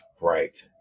Right